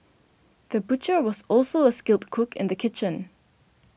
the butcher was also a skilled cook in the kitchen